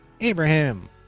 Abraham